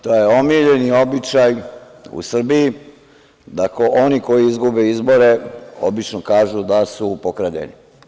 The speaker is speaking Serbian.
To je omiljeni običaj u Srbiji, da oni koji izgube izbore obično kažu da su pokradeni.